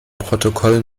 protokoll